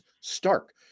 stark